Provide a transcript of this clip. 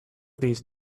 these